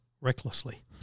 recklessly